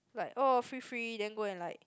like oh free free then go and like